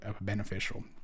beneficial